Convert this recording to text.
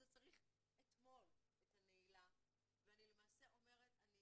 צריך אתמול את הנעילה ואני למעשה אומרת שאני